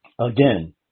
again